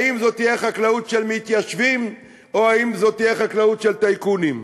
האם זאת תהיה חקלאות של מתיישבים או שזאת תהיה חקלאות של טייקונים.